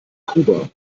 kuba